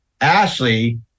Ashley